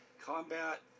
Combat